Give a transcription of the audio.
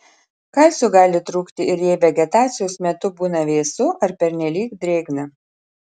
kalcio gali trūkti ir jei vegetacijos metu būna vėsu ar pernelyg drėgna